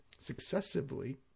successively